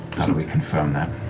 how do we confirm that?